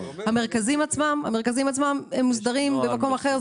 המרכזים עצמם מוסדרים במקום אחר,